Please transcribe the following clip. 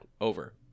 over